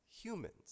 humans